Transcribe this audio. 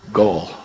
goal